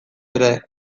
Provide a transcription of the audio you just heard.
ere